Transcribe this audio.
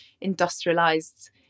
industrialized